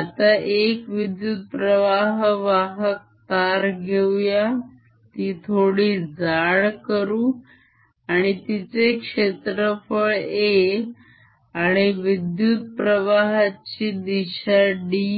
आता एक विद्युत्प्रवाह वाहक तार घेऊया ती थोडी जाड करू आणि तिचे क्षेत्रफळ A आणि विद्युत्प्रवाहाची दिशा dI